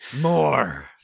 More